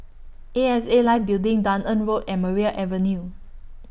A X A Life Building Dunearn Road and Maria Avenue